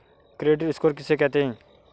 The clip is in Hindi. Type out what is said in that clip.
क्रेडिट स्कोर किसे कहते हैं?